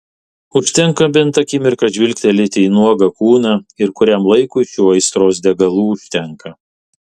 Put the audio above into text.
užtenka bent akimirką žvilgtelėti į nuogą kūną ir kuriam laikui šių aistros degalų užtenka